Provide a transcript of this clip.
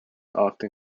often